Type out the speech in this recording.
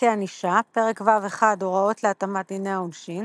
דרכי ענישה פרק ו'1 הוראות להתאמת דיני העונשין